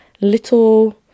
little